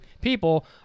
People